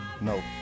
No